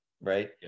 Right